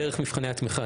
דרך מבחני התמיכה,